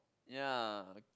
ya